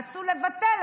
רצו לבטל,